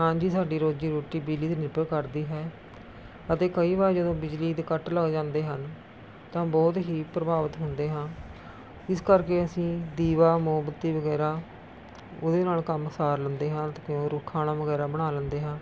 ਹਾਂਜੀ ਸਾਡੀ ਰੋਜ਼ੀ ਰੋਟੀ ਬਿਜਲੀ 'ਤੇ ਨਿਰਭਰ ਕਰਦੀ ਹੈ ਅਤੇ ਕਈ ਵਾਰ ਜਦੋਂ ਬਿਜਲੀ ਦੇ ਕੱਟ ਲੱਗ ਜਾਂਦੇ ਹਨ ਤਾਂ ਬਹੁਤ ਹੀ ਪ੍ਰਭਾਵਿਤ ਹੁੰਦੇ ਹਾਂ ਇਸ ਕਰਕੇ ਅਸੀਂ ਦੀਵਾ ਮੋਮਬੱਤੀ ਵਗੈਰਾ ਉਹਦੇ ਨਾਲ਼ ਕੰਮ ਸਾਰ ਲੈਂਦੇ ਹਾਂ ਅਤੇ ਖਾਣਾ ਵਗੈਰਾ ਬਣਾ ਲੈਂਦੇ ਹਾਂ